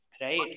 Right